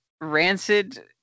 rancid